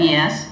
Yes